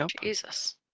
Jesus